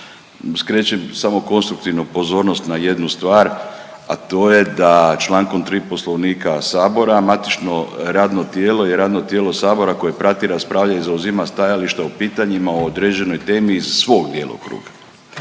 Skrećem samo konstruktivnu pozornost na jednu stvar, a to je da čl. 3. Poslovnika sabora matično radno tijelo i radno tijelo sabora koje prati, raspravlja i zauzima stajališta o pitanjima o određenoj temi iz svog djelokruga.